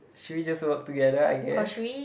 should we just work together I guess